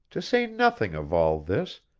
to say nothing of all this,